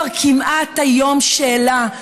כבר כמעט אין שאלה היום,